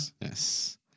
Yes